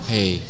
Hey